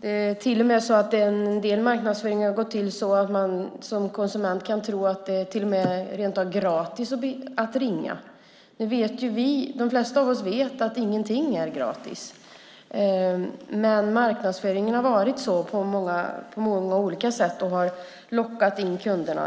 En del marknadsföring går till och med till så att man som konsument kan tro att det rent av är gratis att ringa. De flesta av oss vet att ingenting är gratis. Men marknadsföringen har varit sådan på många olika sätt. Man har lockat in kunderna.